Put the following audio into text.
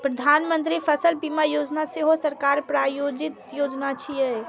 प्रधानमंत्री फसल बीमा योजना सेहो सरकार प्रायोजित योजना छियै